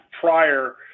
prior